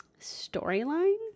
storyline